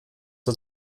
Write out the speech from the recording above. der